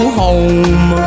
home